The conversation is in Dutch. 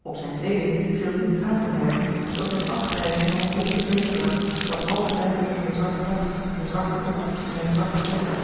op zijne kleeding viel niets aan te merken dan zijn afgrijzen voor eene bonte kleederdragt dat al te duidelijk in den zwarten jas de zwarte broek en zijn zwarte vest